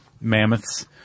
mammoths